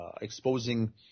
exposing